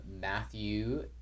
Matthew